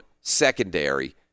secondary